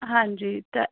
ਹਾਂਜੀ